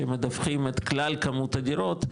שמדווחים את כלל כמות הדירות,